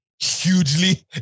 hugely